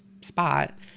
spot